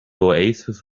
oasis